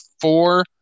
four